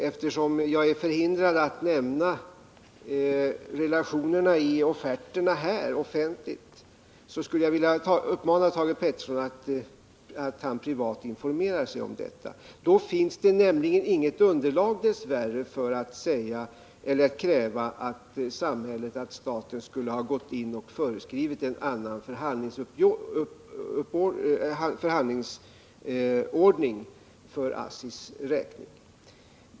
Eftersom jag är förhindrad att här offentligt nämna relationerna i offerterna skulle jag vilja uppmana Thage Peterson att privat informera sig härom. Då kommer han att finna att det inte finns något underlag för att kräva att staten skulle ha föreskrivit en annan förhandlingsordning för ASSI:s räkning.